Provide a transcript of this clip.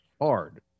hard